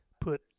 put